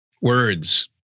Words